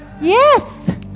Yes